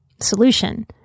solution